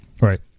Right